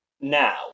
now